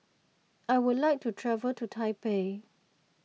I would like to travel to Taipei